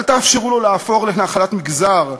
אל תאפשרו לו להפוך לנחלת מגזר,